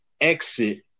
exit